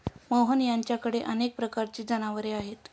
मोहन यांच्याकडे अनेक प्रकारची जनावरे आहेत